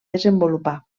desenvolupar